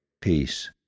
peace